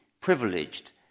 Privileged